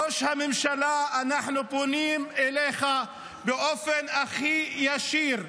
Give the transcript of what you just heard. ראש הממשלה, אנחנו פונים אליך באופן הכי ישיר: